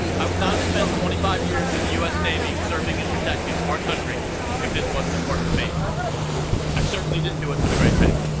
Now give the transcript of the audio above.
i would not have spent twenty five years in the us navy serving and protecting our country if this wasn't important to me i certainly didn't do it for the great pay